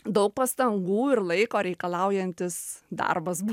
daug pastangų ir laiko reikalaujantis darbas bu